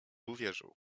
uwierzył